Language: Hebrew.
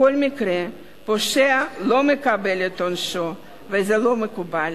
בכל מקרה, הפושע לא מקבל את עונשו וזה לא מקובל.